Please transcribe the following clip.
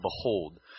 Behold